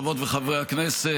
חברות וחברי הכנסת,